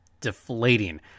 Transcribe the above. deflating